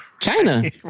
China